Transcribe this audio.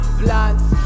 blunts